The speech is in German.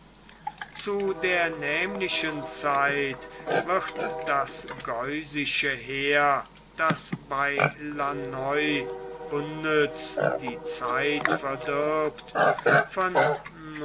zu der nämlichen zeit wird das geusische heer das bei launoy unnütz die zeit verdirbt von